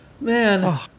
man